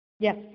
Yes